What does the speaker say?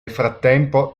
frattempo